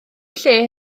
lle